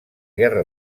guerra